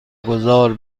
گذار